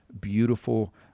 beautiful